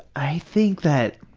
i think that,